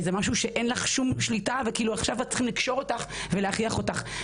משהו שאין לך שום שליטה ועכשיו צריכים לקשור אותך ולהכריח אותך.